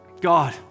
God